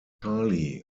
charlie